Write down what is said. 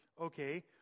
Okay